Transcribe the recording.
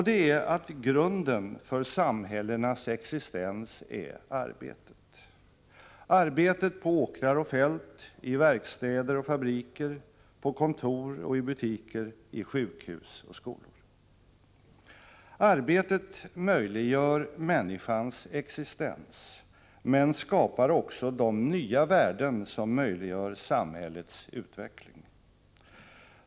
Det är att grunden för samhällenas existens är arbetet — arbetet på åkrar och fält, i verkstäder och fabriker, på kontor och i butiker, i sjukhus och skolor. Arbetet möjliggör människans existens, men skapar också de nya värden som möjliggör samhällets utveckling.